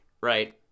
right